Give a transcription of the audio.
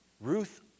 Ruth